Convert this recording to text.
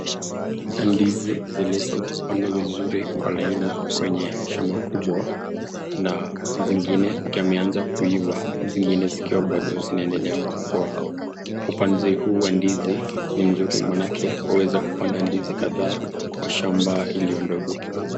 Ndizi zilizopandwa kwa laini kwenye shamba kubwa na zingine yameanza kuiva zingine zikiwa bado zinaendelea kukua. Upandi huyu wa ndizi ni mzuri maanake unaeza kupanda ndizi kadhaa kwa shamba iliyo ndogo.